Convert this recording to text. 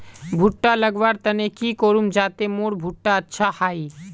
भुट्टा लगवार तने की करूम जाते मोर भुट्टा अच्छा हाई?